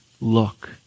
look